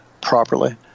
properly